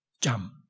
jump